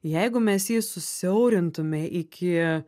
jeigu mes jį susiaurintume iki